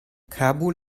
kabul